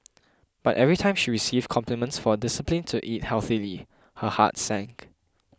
but every time she received compliments for discipline to eat healthily her heart sank